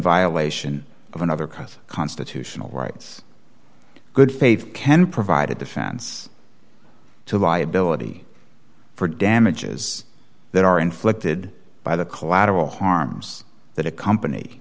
violation of another cause constitutional rights good faith can provide a defense to liability for damages that are inflicted by the collateral harms that accompany